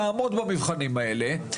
תעמוד במבחנים האלה,